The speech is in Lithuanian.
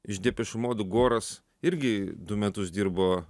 iš depeš modų goras irgi du metus dirbo